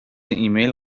ایمیل